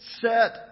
set